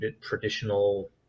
traditional